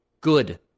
good